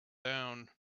down